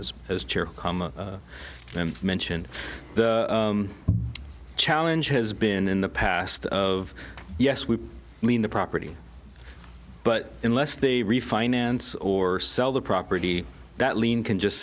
and mentioned the challenge has been in the past of yes we mean the property but unless they refinance or sell the property that lien can just